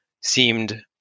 seemed